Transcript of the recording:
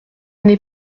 n’est